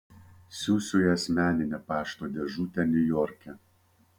siųsiu į asmeninę pašto dėžutę niujorke